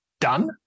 done